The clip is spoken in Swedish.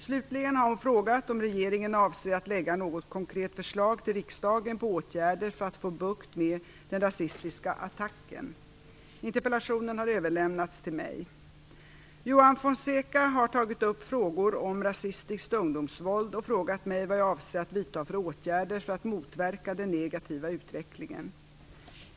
Slutligen har hon frågat om regeringen avser att lägga fram något konkret förslag till riksdagen på åtgärder för att få bukt med den rasistiska attacken. Interpellationen har överlämnats till mig. Juan Fonseca har tagit upp frågor om rasistiskt ungdomsvåld och frågat mig vad jag avser att vidta för åtgärder för att motverka den negativa utvecklingen.